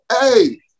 Hey